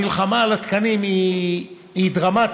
המלחמה על התקנים היא דרמטית.